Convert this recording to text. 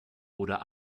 oder